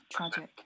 Tragic